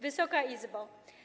Wysoka Izbo!